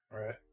Right